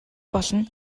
болно